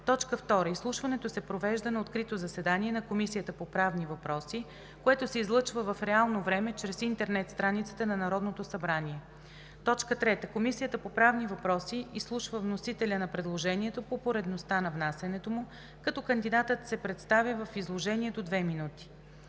кодекс. 2. Изслушването се провежда на открито заседание на Комисията по правни въпроси, което се излъчва в реално време чрез интернет страницата на Народното събрание. 3. Комисията по правни въпроси изслушва вносителя на предложението по поредността на внасянето му, като кандидатът се представя в изложение до 2 минути.